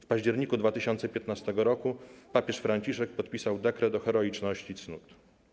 W październiku 2015 roku papież Franciszek podpisał dekret o heroiczności cnót.